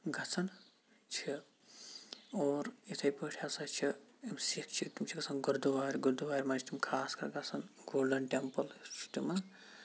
گَژھان چھِ اور اِتھے پٲٹھۍ ہَسا چھِ یِم سِکھ چھِ تِم چھِ گَژھان گُردُوار گُردُوارِ منٛز چھِ تِم خاص گَژھان گولڈَن ٹٮ۪مپٕل یُس چھُ تِمَن